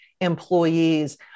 employees